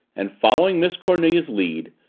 and following miss cornelia's lead,